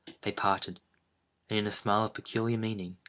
they parted in a smile of peculiar meaning,